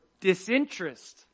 disinterest